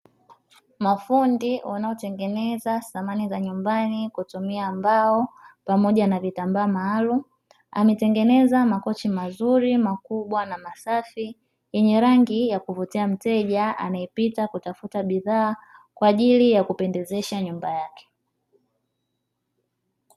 Mafundi wanaotengeneza samani za nyumbani kwa kutumia mbao pamoja na vitambaa maalumu; ametengeneza makochi: mazuri, makubwa na masafi yenye rangi ya kuvutia mteja anayepita kutafuta bidhaa kwa ajili ya kupendezesha nyumba yake.